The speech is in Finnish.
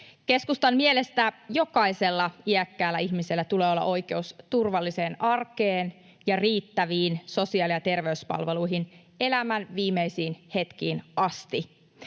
Keskustan mielestä jokaisella iäkkäällä ihmisellä tulee olla oikeus turvalliseen arkeen ja riittäviin sosiaali- ja terveyspalveluihin elämän viimeisiin hetkiin asti.